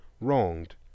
wronged